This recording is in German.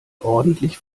ordentlich